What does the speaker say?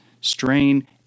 strain